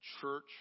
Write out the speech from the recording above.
Church